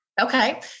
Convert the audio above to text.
Okay